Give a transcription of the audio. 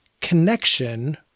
connection